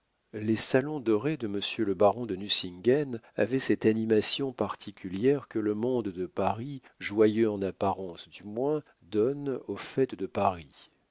les salons dorés de monsieur le baron de nucingen avaient cette animation particulière que le monde de paris joyeux en apparence du moins donne aux fêtes de paris